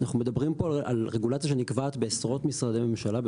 אנחנו מדברים פה על רגולציה שנקבעת בעשרות משרדי ממשלה,